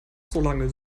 solange